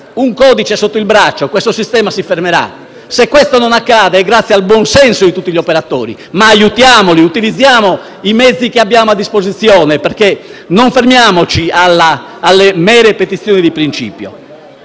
il codice sotto il braccio, questo sistema si fermerà. Se questo non accade è grazie al buon senso di tutti gli operatori, ma aiutiamoli e utilizziamo i mezzi che abbiamo a disposizione. Non fermiamoci alle mere petizioni di principio.